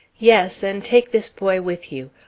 yes, and take this boy with you.